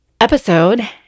episode